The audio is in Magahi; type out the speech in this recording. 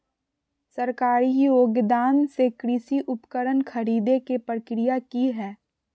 सरकारी योगदान से कृषि उपकरण खरीदे के प्रक्रिया की हय?